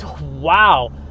wow